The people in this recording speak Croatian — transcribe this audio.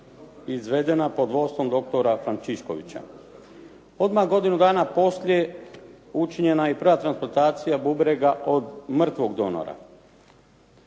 izvedena pod vodstvom doktora Frančiškovića. Odmah godinu dana poslije učinjena je i prva transplantacija bubrega od mrtvog donora.